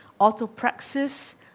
Autopraxis